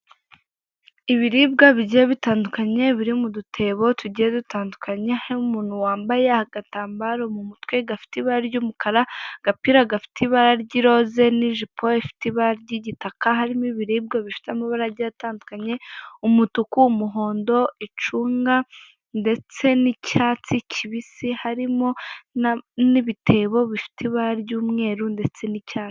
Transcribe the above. Ibiribwa bigiye bitandukanye biri mu dutebo tugiye dutandukanye nk'umuntu wambaye agatambaro mu mutwe gafite ibara ry'umukara, agapira gafite ibara ry'iroze n'ijipo ifite ibara ry'igitaka, harimo ibiribwa bifite amabara agiye atandukanye umutuku umuhondo, icunga ndetse n'icyatsi kibisi harimo n'ibitebo bifite ibara ry'umweru ndetse n'icyatsi.